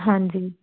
ਹਾਂਜੀ